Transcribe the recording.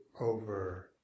over